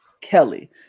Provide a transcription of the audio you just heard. Kelly